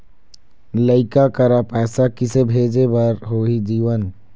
लइका करा पैसा किसे भेजे बार होही जीवन